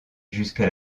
jusqu’à